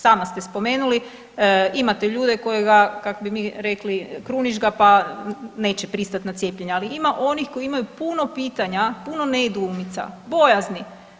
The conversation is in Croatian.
Sama ste spomenuli, imate ljude koje ga, kak bi mi rekli, kruniš ga pa neće pristati na cijepljenje, ali ima onih koji imaju puno pitanja, puno nedoumica, bojazni.